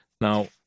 Now